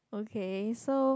okay so